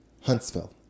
Huntsville